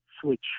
switch